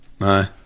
Aye